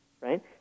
right